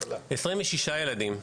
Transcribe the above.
26 ילדים,